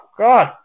God